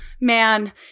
man